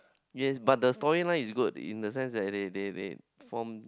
yes but the story line is good in the sense that they they they form